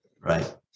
Right